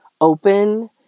open